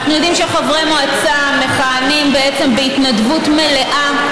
אנחנו יודעים שחברי מועצה מכהנים בעצם בהתנדבות מלאה,